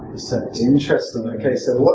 interesting. okay, so